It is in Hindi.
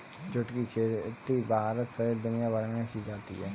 जुट की खेती भारत सहित दुनियाभर में की जाती है